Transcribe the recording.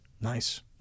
Nice